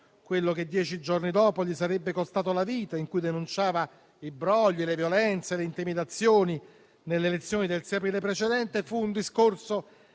quello che dieci giorni dopo gli sarebbe costato la vita, in cui denunciava i brogli, le violenze e le intimidazioni nelle elezioni del 6 aprile precedente, fu